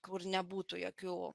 kur nebūtų jokių